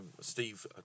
Steve